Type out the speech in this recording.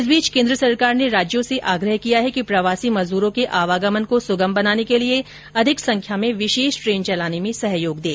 इस बीच केन्द्र सरकार ने राज्यों से आग्रह किया है कि प्रवासी मजदूरों के आवागमन को सुगम बनाने के लिए अधिक संख्या में विशेष ट्रेन चलाने में सहयोग दें